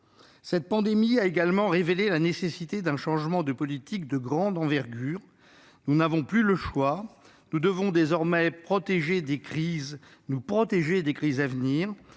Cette pandémie a également révélé la nécessité d'un changement de politique de grande envergure. Nous n'avons plus le choix : nous devons désormais nous prémunir contre les crises à venir